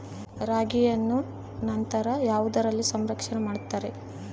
ರಾಗಿಯನ್ನು ನಂತರ ಯಾವುದರಲ್ಲಿ ಸಂರಕ್ಷಣೆ ಮಾಡುತ್ತಾರೆ?